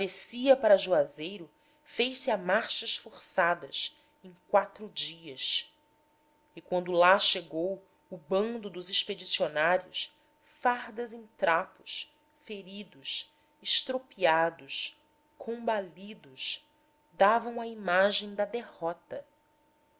para juazeiro fez-se a marchas forçadas em quatro dias e quando lá chegou o bando dos expedicionários fardas em trapos feridos estropiados combalidos davam a imagem da derrota